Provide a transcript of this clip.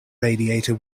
radiator